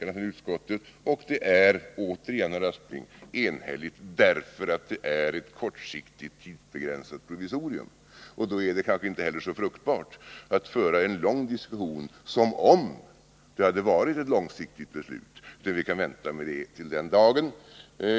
Det är, herr Aspling, enhälligt därför att det är ett kortsiktigt tidsbegränsat provisorium. Då är det kanske inte heller så fruktbart att föra en lång diskussion som om det hade varit ett långsiktigt beslut. Vi kan vänta med den diskussionen.